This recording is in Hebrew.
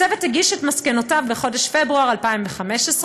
הצוות הגיש את מסקנותיו בחודש פברואר 2015,